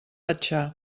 pachá